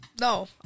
No